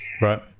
Right